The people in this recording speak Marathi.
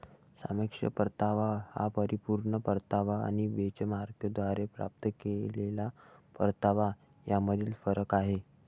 सापेक्ष परतावा हा परिपूर्ण परतावा आणि बेंचमार्कद्वारे प्राप्त केलेला परतावा यामधील फरक आहे